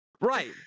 Right